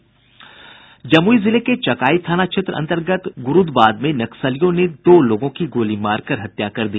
जमुई जिले के चकाई थाना क्षेत्र अन्तर्ग गुरूदबाद में नक्सलियों ने दो लोगों की गोली मार कर हत्या कर दी